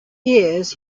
years